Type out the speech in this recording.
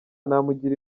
namugira